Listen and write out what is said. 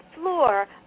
floor